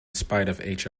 spite